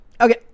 Okay